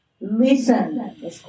Listen